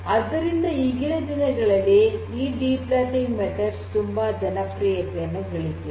ಆದ್ದರಿಂದ ಈಗಿನ ದಿನಗಳಲ್ಲಿ ಈ ಡೀಪ್ ಲರ್ನಿಂಗ್ ಮೆಥಡ್ಸ್ ತುಂಬಾ ಜನಪ್ರಿಯತೆಯನ್ನು ಗಳಿಸಿವೆ